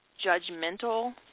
judgmental